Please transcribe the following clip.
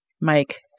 Mike